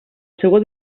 seua